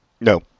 No